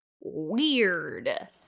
weird